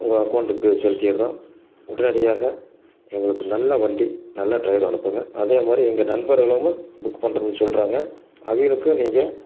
உங்கள் அக்கௌண்ட்டுக்கு செலுத்திடுறோம் உடனடியாக எங்களுக்கு நல்ல வண்டி நல்ல டிரைவர் அனுப்புங்க அதே மாதிரி எங்கள் நண்பர்களும் புக் பண்ணுறோம்னு சொல்கிறாங்க அவிங்களுக்கும் நீங்கள்